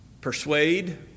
persuade